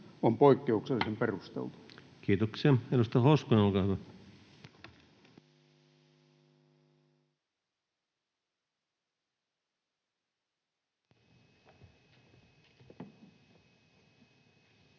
on poikkeuksellisen perusteltu. Kiitoksia. — Edustaja Hoskonen, olkaa hyvä. Arvoisa